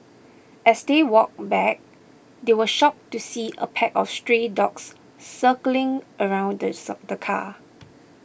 as they walked back they were shocked to see a pack of stray dogs circling around the car